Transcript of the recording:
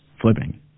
flipping